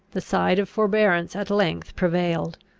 the side of forbearance at length prevailed.